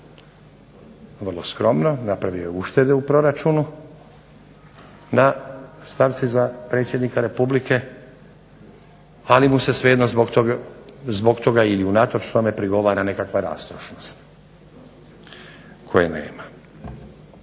vrlo skromno, napravio je uštede u proračunu na stavci za predsjednika Republike ali mu se svejedno zbog toga ili unatoč tome prigovara neka rastrošnost koje nema.